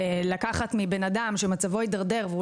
לקחת כסף מבן אדם שמצבו הידרדר והוא